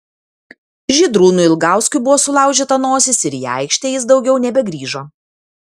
žydrūnui ilgauskui buvo sulaužyta nosis ir į aikštę jis daugiau nebegrįžo